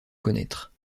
connaître